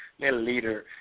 milliliter